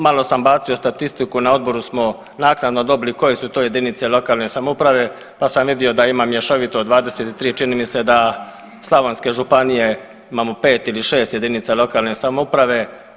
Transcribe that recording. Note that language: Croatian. Malo sam bacio statistiku, na odboru smo naknadno dobili koje su to jedinice lokalne samouprave, pa sam vidio da ima mješovito 23 čini mi se da slavonske županije imamo 5 ili 6 jedinica lokalne samouprave.